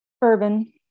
Bourbon